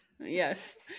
yes